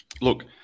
look